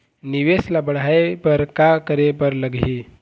निवेश ला बढ़ाय बर का करे बर लगही?